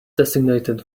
designated